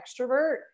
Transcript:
extrovert